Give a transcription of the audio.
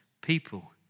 people